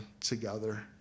together